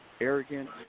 arrogant